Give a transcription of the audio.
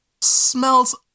smells